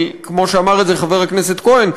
כמו שאמר חבר הכנסת כהן,